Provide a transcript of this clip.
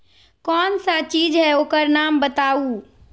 कौन सा चीज है ओकर नाम बताऊ?